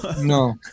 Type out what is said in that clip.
No